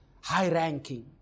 high-ranking